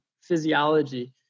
physiology